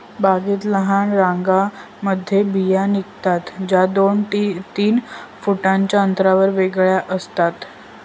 बागेत लहान रांगांमध्ये बिया निघतात, ज्या दोन तीन फुटांच्या अंतरावर वेगळ्या असतात